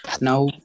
Now